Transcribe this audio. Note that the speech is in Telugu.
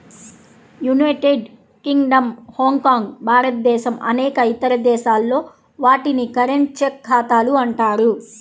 యునైటెడ్ కింగ్డమ్, హాంకాంగ్, భారతదేశం అనేక ఇతర దేశాల్లో, వాటిని కరెంట్, చెక్ ఖాతాలు అంటారు